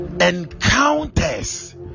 encounters